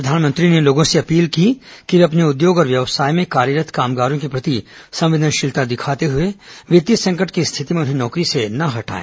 प्रधानमंत्री ने लोगों से अपील की कि वे अपने उद्योग और व्यवसाय में कार्यरत कामगारों के प्रति संवेदनशीलता दिखाते हुए वित्तीय संकट की स्थिति में उन्हें नौकरी से न हटाएं